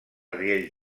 riells